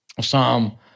Psalm